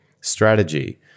Strategy